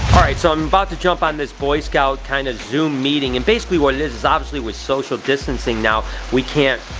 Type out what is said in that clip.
all right, so i'm about to jump on this boy scout kind of zoom meeting. and basically what it is, is obviously with social distancing now, we can't,